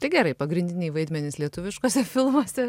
tai gerai pagrindiniai vaidmenys lietuviškuose filmuose